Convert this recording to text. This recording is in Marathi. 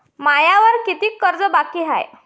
मायावर कितीक कर्ज बाकी हाय?